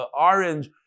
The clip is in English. orange